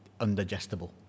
undigestible